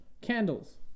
candles